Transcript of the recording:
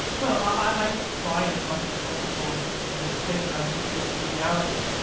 well, i try as much as possible to to stay in touch with with reality.